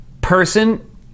person